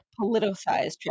politicized